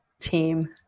team